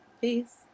Peace